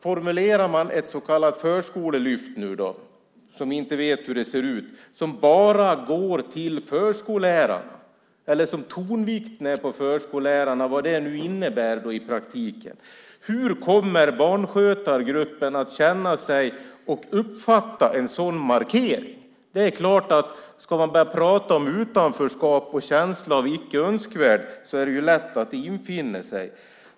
Formulerar man ett så kallat förskolelyft, som vi inte vet hur det ser ut, som bara går till förskollärarna eller där tonvikten är på förskollärarna, vad det nu innebär i praktiken, hur kommer då barnskötargruppen att känna sig och uppfatta en sådan markering? Det är klart att känslan av utanförskap och att vara icke önskvärd lätt infinner sig.